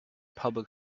public